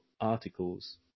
articles